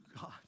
God